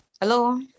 Hello